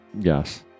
Yes